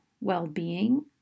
well-being